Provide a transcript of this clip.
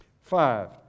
Five